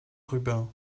rubin